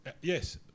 Yes